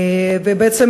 ובעצם,